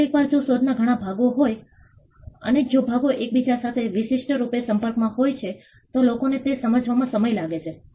પરંતુ આબોહવા પરિવર્તનના પરિણામે વરસાદ હવે શરૂ થયો છે અને હવે એપ્રિલથી મે માં ફરે છે કેટલીકવાર તે જૂનમાં પણ ફરે છે